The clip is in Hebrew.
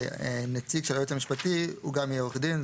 שהנציג של היועץ המשפטי יהיה גם עורך דין.